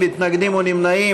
מתן טיפול שיניים,